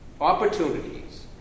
opportunities